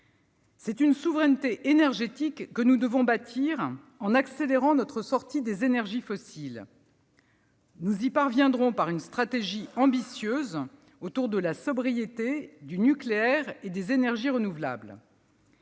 bâtir une souveraineté énergétique en accélérant notre sortie des énergies fossiles. Nous y parviendrons par une stratégie ambitieuse fondée sur la sobriété, le nucléaire et les énergies renouvelables.